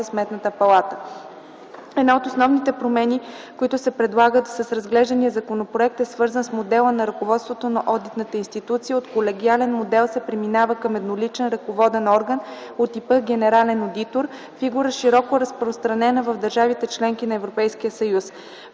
Една от основните промени, които се предлагат с разглеждания законопроект, е свързана с модела на ръководството на одитната институция – от колегиален модел се преминава към едноличен ръководен орган от типа „генерален одитор” – фигура, широко разпространена в държавите – членки на Европейския съюз.